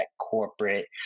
corporate